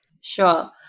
sure